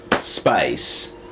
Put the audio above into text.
space